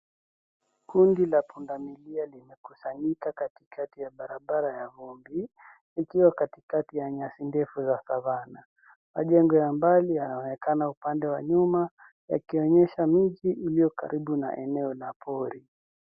Kundi la pundamilia limekusanyika katikati ya barabara ya vumbi ikiwa katikati ya nyasi ndefu za savana. Majengo ya mbali yanaonekana upande wa nyuma yakionyesha miji iliyo karibu na eneo la pori.